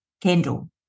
Kendall